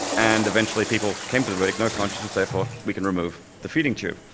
and eventually people came to the verdict, no consciousness therefore we can remove the feeding tube.